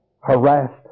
harassed